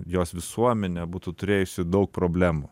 jos visuomenė būtų turėjusi daug problemų